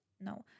No